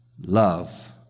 love